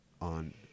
on